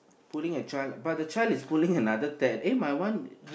pulling a child but the child is pulling another ted~ eh my one